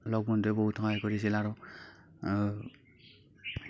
লগ বন্ধুৱে বহুত সহায় কৰিছিল আৰু